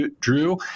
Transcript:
drew